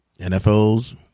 nfl's